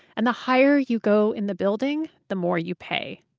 and the higher you go in the building, the more you pay.